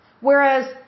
Whereas